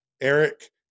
Eric